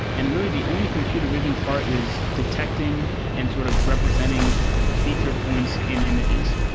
and really the only computer vision part is detecting and sort of representing feature points in images.